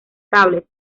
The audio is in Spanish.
cables